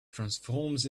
transforms